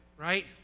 right